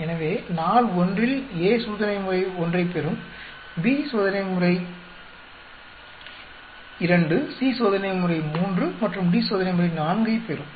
எனவே நாள் ஒன்றில் A சோதனைமுறை 1 ஐப் பெறும் B சோதனைமுறை 2 C சோதனைமுறை 3 மற்றும் D சோதனைமுறை 4 ஐப் பெறும்